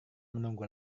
menunggu